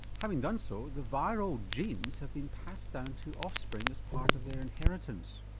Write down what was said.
having done so the viral genes have been passed down to offspring as part of their inheritance.